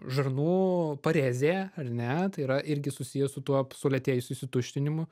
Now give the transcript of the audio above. žarnų parezė ar ne tai yra irgi susiję su tuo sulėtėjusiu išsituštinimu